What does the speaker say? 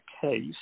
case